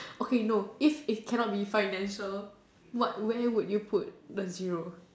okay no if it cannot be financial what where would you put the zero